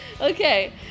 Okay